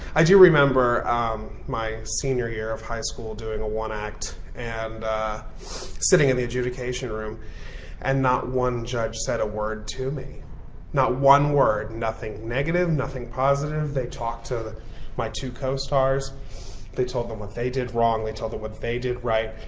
i do remember um my senior year of high school doing a one-act and sitting in the adjudication room and not one judge said a word to me not one word nothing negative, nothing positive. they talked to my two co-stars they told them what they did wrong, they told them what they did right.